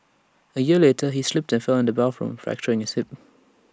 A year later he slipped and fell in the bathroom fracturing his hip